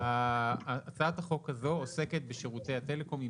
הצעת החוק הזו עוסקת בשירותי הטלפון,